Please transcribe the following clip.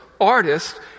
artist